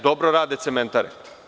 Dobro rade cementare.